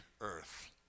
earth